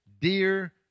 dear